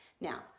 Now